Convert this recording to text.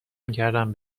میکردم